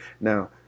Now